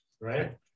Right